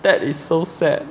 that is so sad